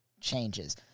changes